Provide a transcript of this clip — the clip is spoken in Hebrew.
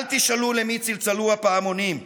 אל תשאלו למי צלצלו הפעמונים,